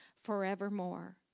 forevermore